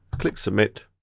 click submit.